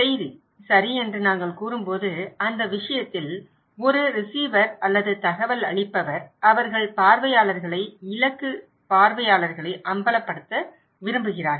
செய்தி சரி என்று நாங்கள் கூறும்போது அந்த விஷயத்தில் ஒரு ரிசீவர் அல்லது தகவல் அளிப்பவர் அவர்கள் பார்வையாளர்களை இலக்கு பார்வையாளர்களை அம்பலப்படுத்த விரும்புகிறார்கள்